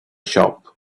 shop